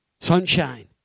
sunshine